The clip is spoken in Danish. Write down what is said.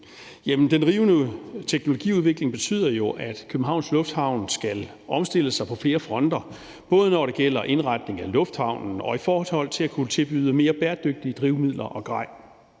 Den rivende teknologiudvikling betyder jo, at Københavns Lufthavn skal omstille sig på flere fronter, både når det gælder indretning af lufthavnen og i forhold til at kunne tilbyde mere bæredygtige drivmidler og grej.